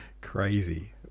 crazy